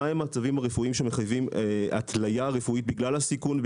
המצבים הרפואיים שמחייבים התליה רפואית בגלל הסיכון,